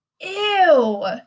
Ew